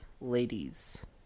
Ladies